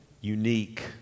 unique